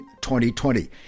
2020